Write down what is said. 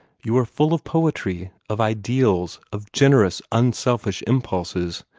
you are full of poetry, of ideals, of generous, unselfish impulses.